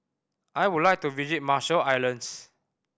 I would like to visit Marshall Islands